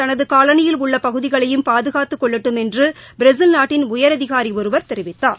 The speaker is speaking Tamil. தனது காலணியில் உள்ள பகுதிகளையும் பாதுகாத்துக் கொள்ளட்டும் என்று பிரேசில் நாட்டின் உயரதிகாரி ஒருவர் தெரிவித்தார்